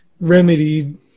remedied